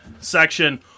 section